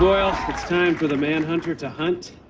doyle, it's time for the man hunter to hunt.